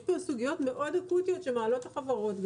יש פה סוגיות מאוד אקוטיות שגם החברות מעלות.